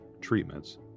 treatments